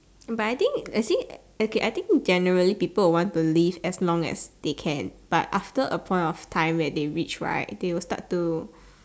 but I think actually okay I think generally people would want to live as long as they can but after a point of time where they reach right they will start to